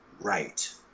right